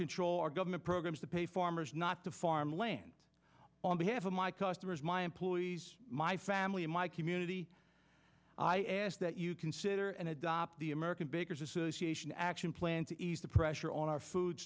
control our government programs to pay farmers not to farm land on behalf of my customers my employees my family and my community i ask that you consider and adopt the american bankers association action plan to ease the pressure on our food